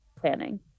planning